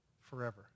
forever